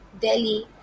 delhi